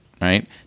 right